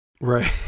Right